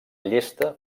llesta